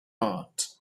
art